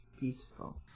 Beautiful